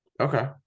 okay